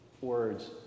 Words